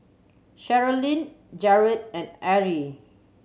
Sherilyn Jarett and Arrie